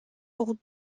old